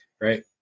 right